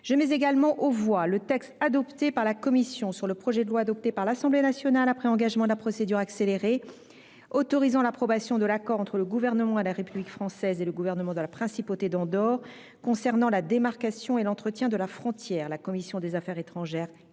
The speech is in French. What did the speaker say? Je mets aux voix le texte adopté par la commission sur le projet de loi, adopté par l’Assemblée nationale après engagement de la procédure accélérée, autorisant l’approbation de l’accord entre le Gouvernement de la République française et le Gouvernement de la Principauté d’Andorre concernant la démarcation et l’entretien de la frontière (projet n° 145, texte de la commission